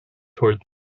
toward